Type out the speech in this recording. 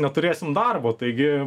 neturėsim darbo taigi